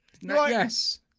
Yes